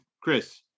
chris